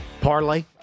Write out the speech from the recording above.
Parlay